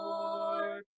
Lord